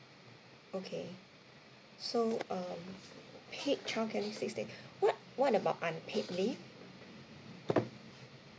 okay so um paid childcare leave six days what what about unpaid leave